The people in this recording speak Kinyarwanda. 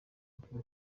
ivuko